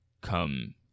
come